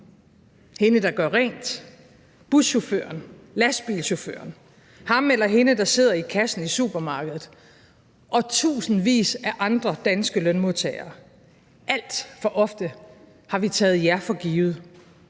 hende, der gør rent, buschaufføren, lastbilchaufføren, ham eller hende, der sidder i kassen i supermarkedet, og tusindvis af andre danske lønmodtagere: Alt for ofte har vi taget jer for givet.